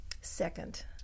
second